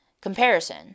comparison